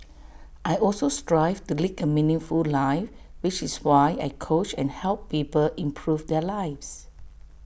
I also strive to lead A meaningful life which is why I coach and help people improve their lives